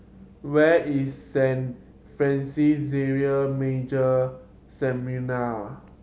where is Saint Francis Xavier Major Seminary